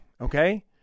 okay